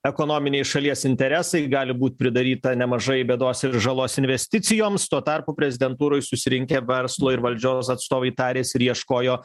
ekonominiai šalies interesai gali būt pridaryta nemažai bėdos ir žalos investicijoms tuo tarpu prezidentūroj susirinkę verslo ir valdžios atstovai tarėsi ir ieškojo